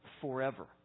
forever